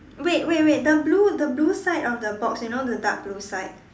wait wait wait the blue the blue side of the box you know the dark blue side